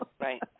Right